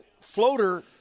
floater